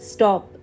Stop